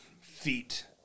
feet